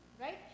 right